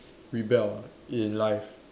rebel ah in life